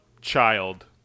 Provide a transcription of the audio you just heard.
child